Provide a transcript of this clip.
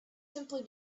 simply